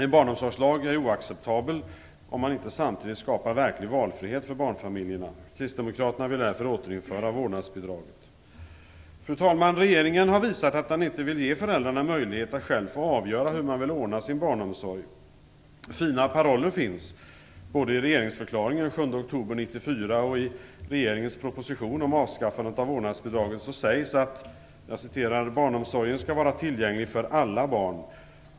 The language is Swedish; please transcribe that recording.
En barnomsorgslag är oacceptabel om man inte samtidigt skapar en verklig valfrihet för barnfamiljerna. Kristdemokraterna vill därför återinföra vårdnadsbidraget. Fru talman! Regeringen har visat att den inte vill ge föräldrarna möjlighet att själva avgöra hur de vill ordna sin barnomsorg. Det finns fina paroller i regeringsförklaringen från den 7 oktober 1994, och i regeringens proposition om avskaffandet av vårdnadsbidraget sägs det att "barnomsorgen skall vara tillgänglig för alla barn.